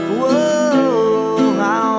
whoa